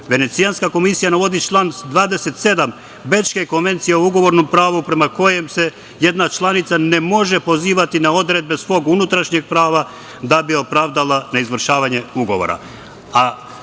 Ustavom. Venecijanska komisija navodi član 27. Bečke konvencije o ugovornom pravu, prema kojem se jedna članica ne može pozivati na odredbe svog unutrašnjeg prava da bi opravdala neizvršavanje ugovora,